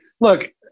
look